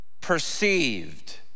perceived